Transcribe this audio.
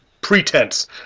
pretense